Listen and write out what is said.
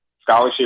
scholarship